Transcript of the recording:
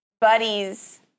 buddies